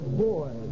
boy